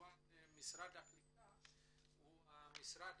וכמובן משרד הקליטה הוא המשרד